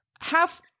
half